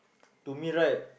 to me right